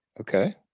Okay